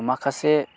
माखासे